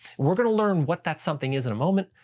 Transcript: we're going to learn what that something is in a moment,